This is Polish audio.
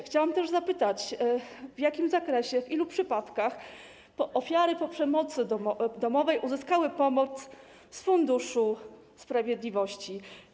Chciałabym też zapytać, w jakim zakresie i w ilu przypadkach ofiary przemocy domowej uzyskały pomoc z Funduszu Sprawiedliwości.